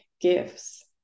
gifts